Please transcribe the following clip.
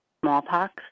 smallpox